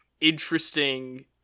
interesting